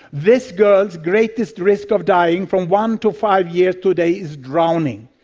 this girl's greatest risk of dying from one to five years today is drowning.